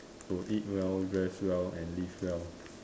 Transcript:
to eat well rest well and live well